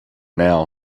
now